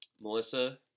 Melissa